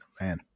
man